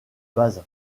base